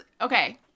Okay